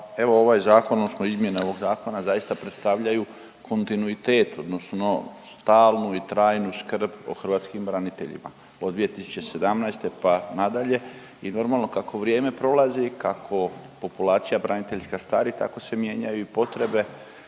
evo ovaj zakon odnosno izmjene ovog zakona zaista predstavljaju kontinuitet odnosno stalnu i trajnu skrb o hrvatskim braniteljima od 2017. pa nadalje i normalno kako vrijeme prolazi, kako populacija braniteljska stari tako se mijenjaju i potrebe